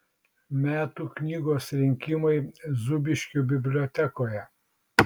metų knygos rinkimai zūbiškių bibliotekoje